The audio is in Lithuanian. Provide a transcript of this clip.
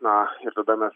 na ir tada mes